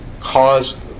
caused